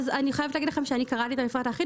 אני חייבת להגיד לכם שאני קראתי את המפרט האחיד